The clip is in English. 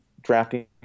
drafting